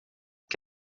que